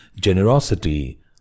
generosity